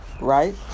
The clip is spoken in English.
right